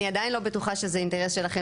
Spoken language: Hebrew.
אני עדיין לא בטוחה שזה אינטרס שלכם